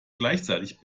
gleichzeitig